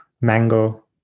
mango